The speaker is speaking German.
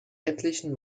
etlichen